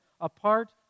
...apart